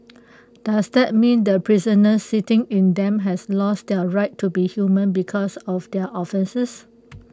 does that mean the prisoners sitting in them has lost their right to be human because of their offences